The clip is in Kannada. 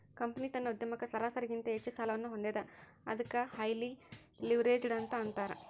ಕಂಪನಿ ತನ್ನ ಉದ್ಯಮಕ್ಕ ಸರಾಸರಿಗಿಂತ ಹೆಚ್ಚ ಸಾಲವನ್ನ ಹೊಂದೇದ ಅದಕ್ಕ ಹೈಲಿ ಲಿವ್ರೇಜ್ಡ್ ಅಂತ್ ಅಂತಾರ